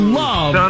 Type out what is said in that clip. love